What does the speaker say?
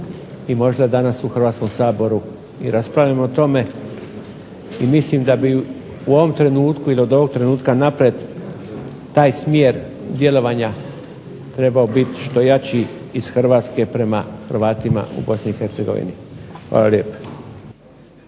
možda danas u Hrvatskom saboru raspravljamo o tome i mislim da bi od ovog trenutka naprijed taj smjer djelovanja trebao biti što jači iz Hrvatske prema Hrvatima u BiH. Hvala lijepa.